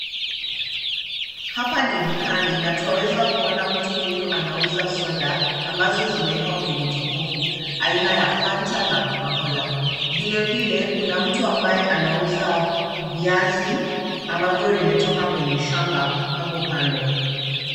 Hapa ni dukani na twaweza kuona mtu huyu anauza soda ambazo zimewekwa kwenye jokofu, aina ya Fanta na Cocacola. Vilevile kuna mtu ambaye anauza viazi ambavyo vimetoka kwenye shamba hapo kando.